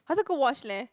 faster go watch leh